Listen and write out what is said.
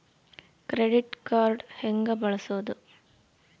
Credit card ಹೆಂಗ ಬಳಸೋದು?